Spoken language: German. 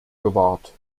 gewahrt